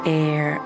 air